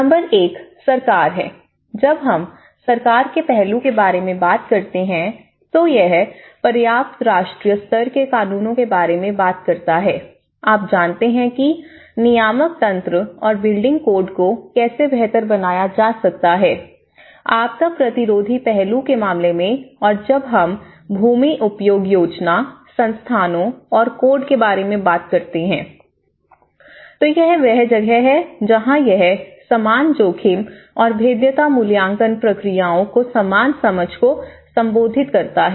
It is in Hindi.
नंबर एक सरकार है जब हम सरकार के पहलू के बारे में बात करते हैं तो यह पर्याप्त राष्ट्रीय स्तर के कानूनों के बारे में बात करता है आप जानते हैं कि नियामक तंत्र और बिल्डिंग कोड को कैसे बेहतर बनाया जा सकता है आपदा प्रतिरोधी पहलू के मामले में और जब हम भूमि उपयोग योजना संस्थानों और कोड के बारे में बात करते हैं तो यह वह जगह है जहां यह समान जोखिम और भेद्यता मूल्यांकन प्रक्रियाओं की समान समझ को संबोधित करता है